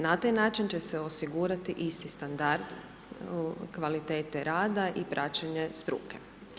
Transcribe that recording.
Na taj način će se osigurati isti standard kvalitete rada i praćenje struke.